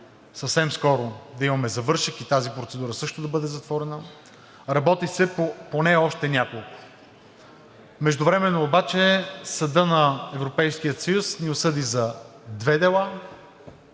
съвсем скоро да имаме завършек и тази процедура също да бъде затворена. Работи се по поне още няколко. Междувременно обаче съдът на Европейския съюз ни осъди за две дела